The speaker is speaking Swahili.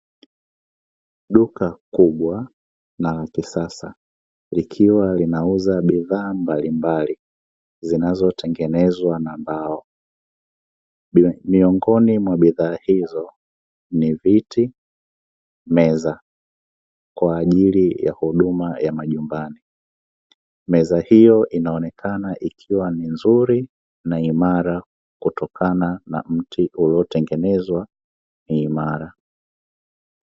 Duka kubwa na lakisasa likiwa linauza bidhaa mbalimbali, zinazo tengenezwa na Mbao. Miongoni mwa bidhaa hizo ni Viti, Meza, kwaajili ya huduma ya majumbani, Meza hiyo inaonekana ikiwa ni nzuri na imara kutokana na mti uliotengenezwa ni imara.